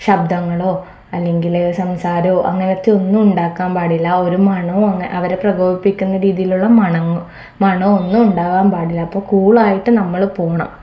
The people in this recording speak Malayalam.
ശബ്ദങ്ങളോ അല്ലെങ്കിൽ സംസാരമോ അങ്ങനത്തെ ഒന്നും ഉണ്ടാകാൻ പാടില്ല ഒരു മണമോ അവരെ പ്രകോപിക്കുന്ന രീതിയിലുള്ള മണങ്ങളോ മണമോ ഒന്നും ഉണ്ടാകാൻ പാടില്ല അപ്പോൾ കൂളായിട്ട് നമ്മൾ പോകണം